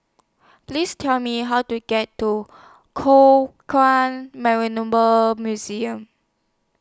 Please Tell Me How to get to Museum